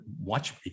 watch